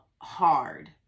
hard